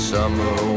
Summer